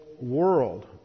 world